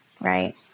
right